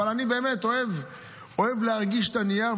אני אוהב להרגיש את הנייר,